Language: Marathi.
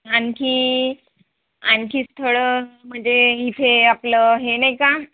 आणखी आणखी स्थळं म्हणजे इथे आपलं हे नाही का